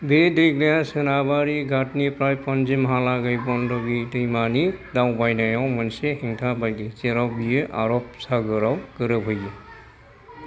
बे दैग्लाया सोनाबारि घाटनिफ्राय पण्जिमहालागै मण्ड'वी दैमानि दावबायनायाव मोनसे हेंथा बायदि जेराव बेयो आरब सागोरआव गोरोबहैयो